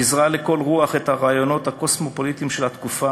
פיזרה לכל רוח את הרעיונות הקוסמופוליטיים של התקופה